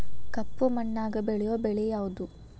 ಕಪ್ಪು ಮಣ್ಣಾಗ ಬೆಳೆಯೋ ಬೆಳಿ ಯಾವುದು?